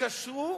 יתקשרו